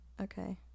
okay